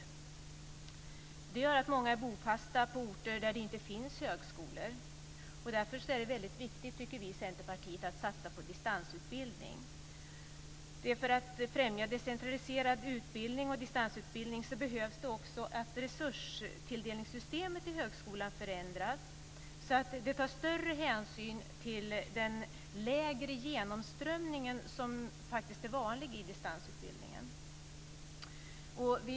Detta gör att många är bofasta på orter där det inte finns högskolor. Därför är det väldigt viktigt, tycker vi i Centerpartiet, att satsa på distansutbildning. För att främja decentraliserad utbildning och distansutbildning behöver resurstilldelningssystemet i högskolan förändras så att större hänsyn tas till den lägre genomströmning som faktiskt är vanlig i distansutbildningen.